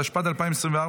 התשפ"ד 2024,